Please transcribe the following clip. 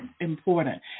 important